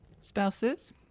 Spouses